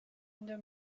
under